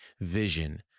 vision